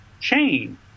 chain